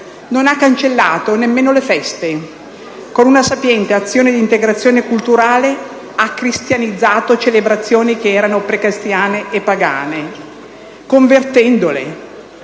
Non ha cancellato neppure le feste e, con una sapiente azione di integrazione culturale, ha cristianizzato celebrazioni precristiane e pagane, convertendole.